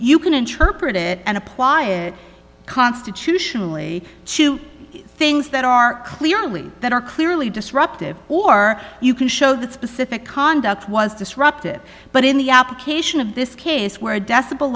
you can interpret it and apply it constitutionally to things that are clearly that are clearly disruptive or you can show that specific conduct was disruptive but in the application of this case where a de